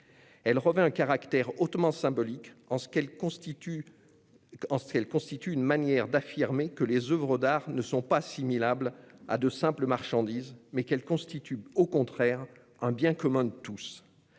elle revêt un caractère hautement symbolique en ce qu'elle est une manière d'affirmer que les oeuvres d'art ne sont pas assimilables à de simples marchandises, mais qu'elles constituent, au contraire, un bien commun à tous.